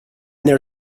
their